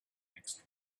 next